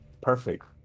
Perfect